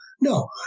No